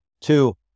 Two